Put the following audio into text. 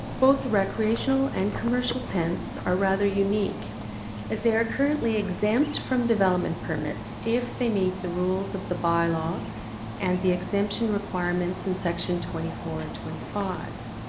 both recreational and commercial tents are rather unique as they are currently exempt from development permits if they meet the rules of the bylaw and the exemption requirements in section twenty four and twenty five.